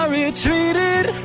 retreated